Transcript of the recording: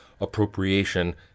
appropriation